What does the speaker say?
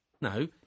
No